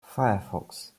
firefox